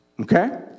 Okay